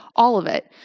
all of it.